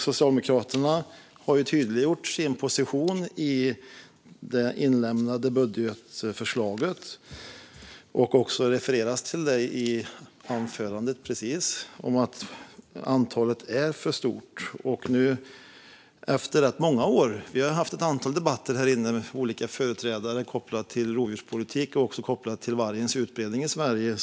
Socialdemokraterna har tydliggjort sin position i det inlämnade budgetförslaget, och det refererades också nyss till detta i anförandet: Antalet är för stort. Vi har under rätt många år haft ett antal debatter här inne med olika företrädare kopplat till rovdjurspolitik och kopplat till vargens utbredning i Sverige.